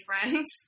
friends